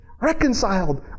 Reconciled